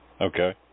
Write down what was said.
Okay